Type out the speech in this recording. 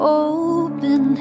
open